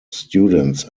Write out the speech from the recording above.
students